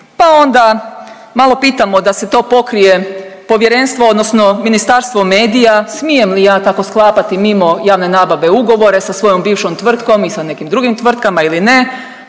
pa onda malo pitamo da se to pokrije povjerenstvo odnosno Ministarstvo medija smijem li ja tako sklapati mimo javne nabave ugovore sa svojom bivšom tvrtkom i sa nekim drugim tvrtkama ili ne,